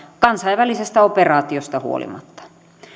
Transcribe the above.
kansainvälisestä operaatiosta huolimatta